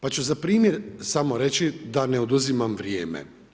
Pa ću za primjer samo reći, da ne oduzimam vrijeme.